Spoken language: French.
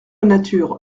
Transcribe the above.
nature